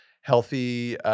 healthy